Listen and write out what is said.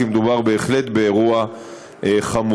כי מדובר בהחלט באירוע חמור.